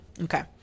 Okay